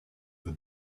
the